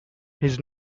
his